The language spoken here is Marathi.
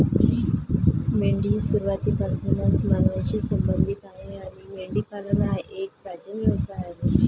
मेंढी सुरुवातीपासूनच मानवांशी संबंधित आहे आणि मेंढीपालन हा एक प्राचीन व्यवसाय आहे